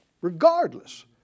Regardless